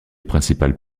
principal